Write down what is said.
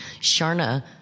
Sharna